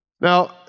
Now